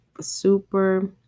super